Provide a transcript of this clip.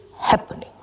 Happening